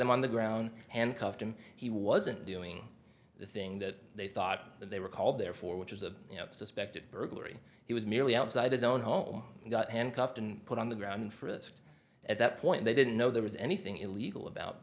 him on the ground handcuffed him he wasn't doing the thing that they thought that they were called there for which is a suspected burglary he was merely outside his own home got handcuffed and put on the ground and frisked at that point they didn't know there was anything illegal about